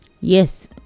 yes